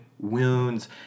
wounds